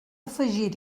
afegir